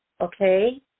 okay